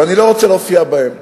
ואני לא רוצה להופיע בהם.